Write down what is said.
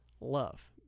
love